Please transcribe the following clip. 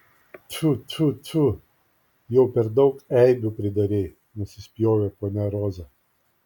tfiu tfiu tfiu jau per daug eibių pridarei nusispjovė ponia roza